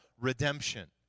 redemption